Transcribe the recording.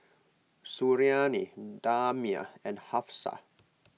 Suriani Damia and Hafsa